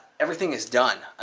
everything is done.